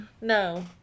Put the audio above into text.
No